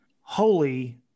Holy